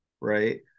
right